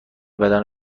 بدن